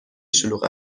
شلوغ